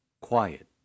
quiet